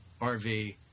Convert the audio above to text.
RV